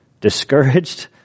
discouraged